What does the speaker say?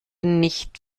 nicht